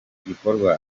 gikorwa